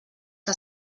que